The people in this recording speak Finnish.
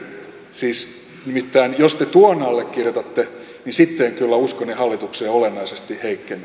siis nimittäin jos te tuon allekirjoitatte niin sitten kyllä uskoni hallitukseen olennaisesti heikkenee